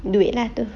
duit lah tu